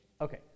Okay